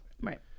right